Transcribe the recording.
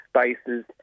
spaces